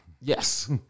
Yes